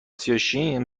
شیم